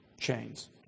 Chains